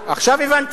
עכשיו הבנתי.